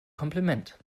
kompliment